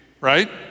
right